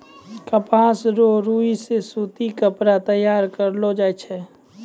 कपास रो रुई से सूती कपड़ा तैयार करलो जाय छै